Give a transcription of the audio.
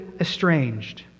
estranged